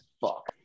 fuck